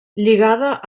lligada